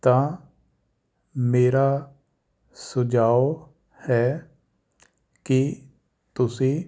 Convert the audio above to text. ਤਾਂ ਮੇਰਾ ਸੁਝਾਉ ਹੈ ਕਿ ਤੁਸੀਂ